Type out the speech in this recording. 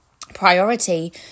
priority